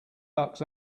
bucks